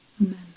amen